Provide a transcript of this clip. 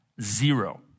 zero